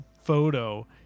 photo